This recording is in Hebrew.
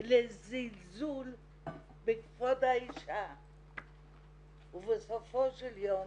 לזלזול בכבוד האישה ובסופו של יום